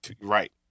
Right